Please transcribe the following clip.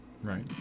Right